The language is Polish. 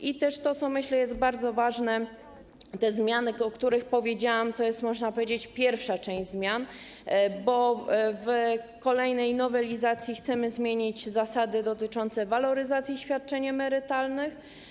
I to, co, jak myślę, jest bardzo ważne - te zmiany, o których powiedziałam, to jest, można powiedzieć, pierwsza część zmian, bo w kolejnej nowelizacji chcemy zmienić zasady dotyczące waloryzacji świadczeń emerytalnych.